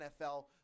NFL